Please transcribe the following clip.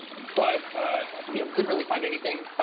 but ah you know, couldn't really find anything.